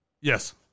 Yes